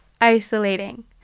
Isolating